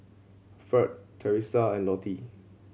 Ferd Teresa and Lottie